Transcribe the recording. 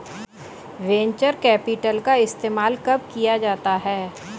Venture capital का इस्तेमाल कब किया जाता है?